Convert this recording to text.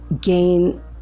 gain